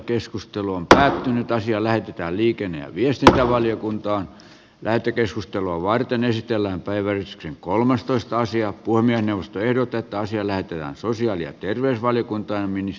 puhemiesneuvosto ehdottaa että asia lähetetään liikenne ja viestintävaliokuntaan lähetekeskustelua varten esitellä päivä riskin kolmastoista sija puhemiesneuvosto ehdotetaan siellä sosiaali ja terveysvaliokuntaan